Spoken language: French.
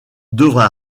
devra